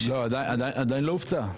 עדיין לא הופצה.